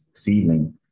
feeling